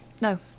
No